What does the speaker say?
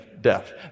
death